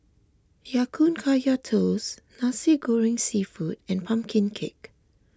Ya Kun Kaya Toast Nasi Goreng Seafood and Pumpkin Cake